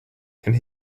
and